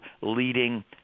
leading